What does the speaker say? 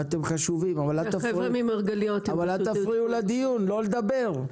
ואתם חשובים; אבל אל תפריעו לדיון, לא לדבר,